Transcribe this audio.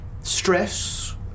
stress